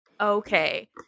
okay